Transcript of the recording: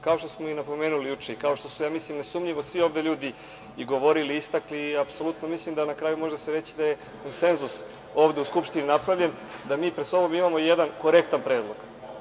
Kao što smo i napomenuli juče, kao što su mislim, nesumnjivo svi ovde ljudi i govorili i istakli, apsolutno mislim da se na kraju može reći konsenzus ovde u Skupštini je napravljen da mi pred sobom imamo jedan korektan predlog.